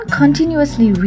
continuously